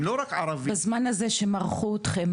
הם לא רק ערבים --- בזמן הזה שמרחו אתכם,